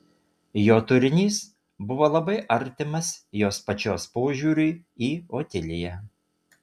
jo turinys buvo labai artimas jos pačios požiūriui į otiliją